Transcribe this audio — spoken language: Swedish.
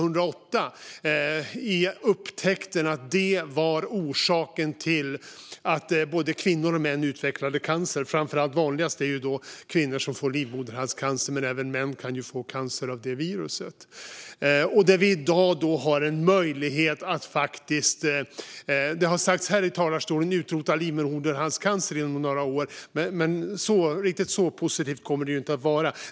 Upptäckten att detta virus är orsaken till att både kvinnor och män utvecklar cancer renderade i Nobelpriset 2008. Det vanligaste är att kvinnor får livmoderhalscancer, men även män kan få cancer av detta virus. Det har sagts här i talarstolen att vi har möjlighet att utrota livmoderhalscancer inom några år, men riktigt så positivt kommer det inte att vara.